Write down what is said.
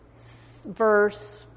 verse